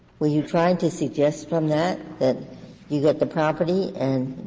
were you trying to suggest from that that you get the property and